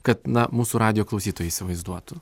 kad na mūsų radijo klausytojai įsivaizduotų